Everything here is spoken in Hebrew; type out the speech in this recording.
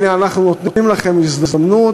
הנה, אנחנו נותנים לכם הזדמנות,